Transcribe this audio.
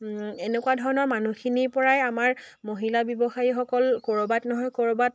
এনেকুৱা ধৰণৰ মানুহখিনিৰ পৰাই আমাৰ মহিলা ব্যৱসায়ীসকল ক'ৰবাত নহয় ক'ৰবাত